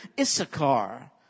Issachar